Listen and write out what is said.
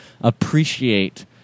appreciate